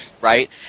right